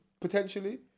potentially